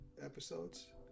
episodes